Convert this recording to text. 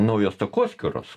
naujos takoskyros